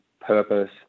purpose